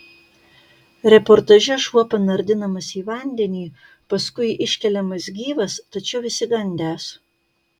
reportaže šuo panardinamas į vandenį paskui iškeliamas gyvas tačiau išsigandęs